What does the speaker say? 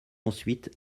ensuite